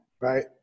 right